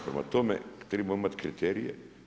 Prema tome, tribamo imati kriterije.